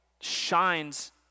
shines